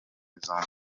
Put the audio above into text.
zombi